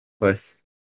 first